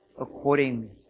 Accordingly